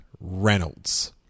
Reynolds